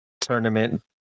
tournament